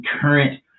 current